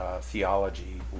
Theology